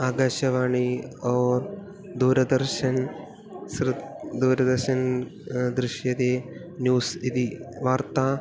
आकाशवाणी और् दूरदर्शनं श्रुत्वा दूरदर्शनं दृश्यते न्यूस् इति वार्ता